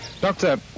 Doctor